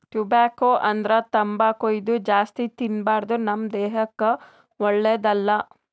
tobacco ಅಂದ್ರ ತಂಬಾಕ್ ಇದು ಜಾಸ್ತಿ ತಿನ್ಬಾರ್ದು ನಮ್ ದೇಹಕ್ಕ್ ಒಳ್ಳೆದಲ್ಲ